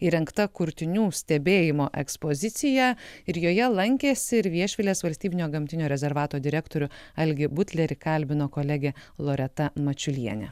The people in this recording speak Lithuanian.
įrengta kurtinių stebėjimo ekspozicija ir joje lankėsi ir viešvilės valstybinio gamtinio rezervato direktorių algį butlerį kalbino kolegė loreta mačiulienė